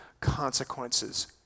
consequences